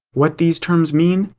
what these terms mean,